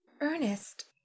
Ernest